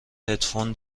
هدفون